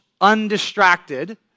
undistracted